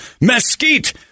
mesquite